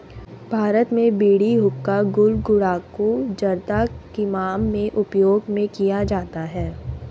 भारत में बीड़ी हुक्का गुल गुड़ाकु जर्दा किमाम में उपयोग में किया जाता है